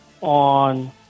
on